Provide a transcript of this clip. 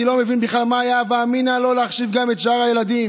אני לא מבין בכלל מה היה ההווה אמינא לא להחשיב גם את שאר הילדים.